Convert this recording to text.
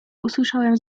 usłyszałem